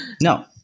no